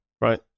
right